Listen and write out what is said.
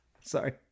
Sorry